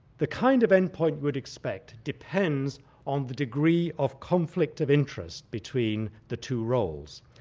the kind of end point would expect depends on the degree of conflict of interest between the two roles.